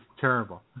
terrible